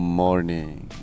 morning